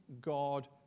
God